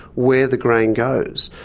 where the grain goes,